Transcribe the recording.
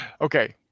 Okay